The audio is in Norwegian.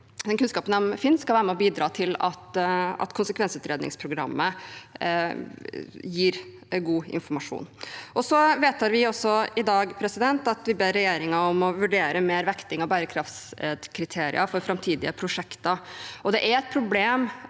kunnskapen de finner, skal være med og bidra til at konsekvensutredningsprogrammet gir god informasjon. Vi vedtar også i dag at vi ber regjeringen om å vurdere mer vekting av bærekraftskriterier for framtidige prosjekter.